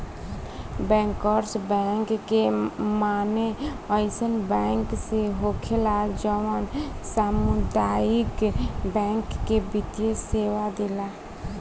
bankers bank के माने अइसन बैंक से होखेला जवन सामुदायिक बैंक के वित्तीय सेवा देला